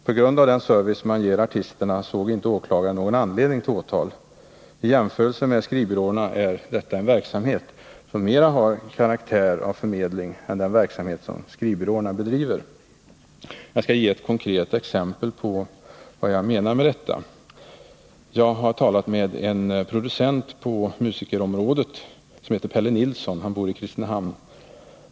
På grundval av den service företaget ger artisterna såg åklagaren inte någon anledning till åtal. En jämförelse visar att denna typ av verksamhet har större karaktär av förmedling än vad fallet är med den verksamhet som skrivbyråerna bedriver. Jag skall ge ännu ett konkret exempel på AMS agerande. Jag har talat med en producent på musikområdet, som heter Pelle Nilsson och som bor i Kristinehamn.